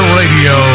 radio